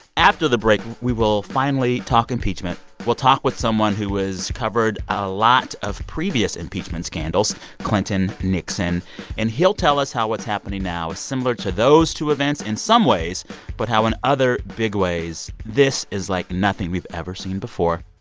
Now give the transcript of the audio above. after the break, we will finally talk impeachment. we'll talk with someone who has covered a lot of previous impeachment scandals clinton, nixon and he'll tell us how what's happening now is similar to those two events in some ways but how, in other big ways, this is like nothing we've ever seen before.